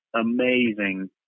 amazing